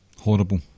horrible